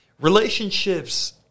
relationships